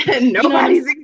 nobody's